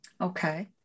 Okay